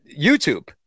youtube